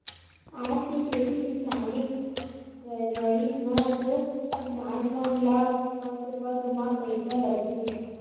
आज के खेती किसानी करई म तो किसान मन ल पग पग म पइसा लगथे